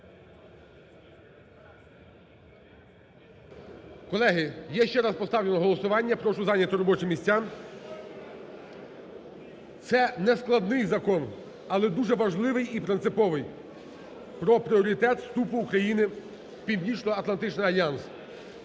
Колеги, я ще раз поставлю на голосування, прошу зайняти робочі місця. Це надскладний закон, але дуже важливий і принциповий – про пріоритет вступу України в Північноатлантичний альянс.